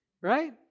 Right